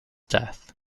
death